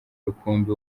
rukumbi